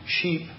sheep